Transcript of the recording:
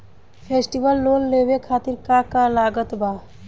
Festival loan लेवे खातिर का का लागत बा?